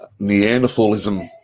Neanderthalism